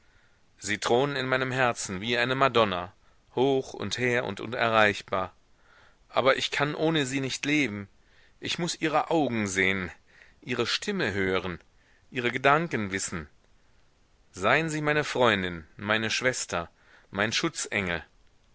sie thronen in meinem herzen wie eine madonna hoch und hehr und unerreichbar aber ich kann ohne sie nicht leben ich muß ihre augen sehen ihre stimme hören ihre gedanken wissen seien sie meine freundin meine schwester mein schutzengel